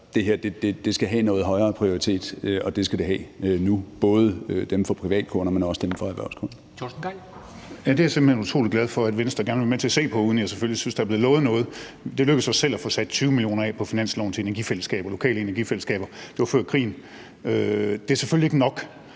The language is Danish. her skal have en højere prioritet, og det skal det have nu, både i forhold til privatkunder, men også i forhold til erhvervskunder.